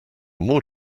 more